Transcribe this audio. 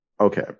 Okay